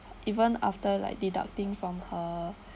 even after like deducting from her